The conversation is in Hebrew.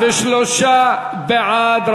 33 בעד.